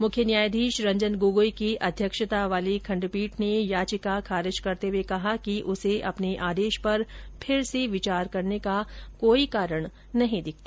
मुख्य न्यायाधीश रंजन गोगोई की अध्यक्षता वाली खण्डपीठ ने याचिका खारिज करते हुए कहा कि उसे अपने आदेश पर फिर से विचार करने का कोई कारण नहीं दिखता